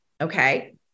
Okay